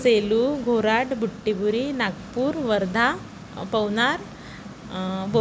सेलू घोराट बुट्टीबुरी नागपूर वर्धा पवनार ब